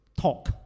talk